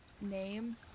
Name